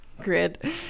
grid